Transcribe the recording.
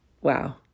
wow